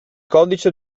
codice